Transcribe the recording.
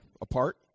apart